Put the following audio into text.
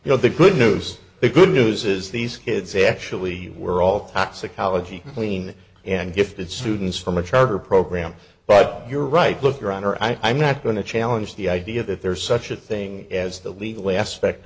you know the good news the good news is these kids actually were all toxicology screen and gifted students from a charter program but you're right look around her i'm not going to challenge the idea that there is such a thing as the legal aspect